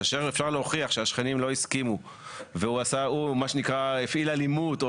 אפשר להוכיח שהשכנים לא הסכימו והוא הפעיל אלימות,